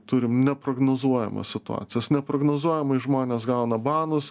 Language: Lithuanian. turim neprognozuojamas situacijas neprognozuojamai žmonės gauna banus